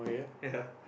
ya